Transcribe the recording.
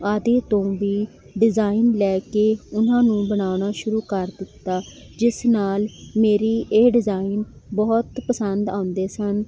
ਆਦਿ ਤੋਂ ਵੀ ਡਿਜ਼ਾਈਨ ਲੈ ਕੇ ਉਹਨਾਂ ਨੂੰ ਬਣਾਉਣਾ ਸ਼ੁਰੂ ਕਰ ਦਿੱਤਾ ਜਿਸ ਨਾਲ ਮੇਰੀ ਇਹ ਡਿਜ਼ਾਈਨ ਬਹੁਤ ਪਸੰਦ ਆਉਂਦੇ ਸਨ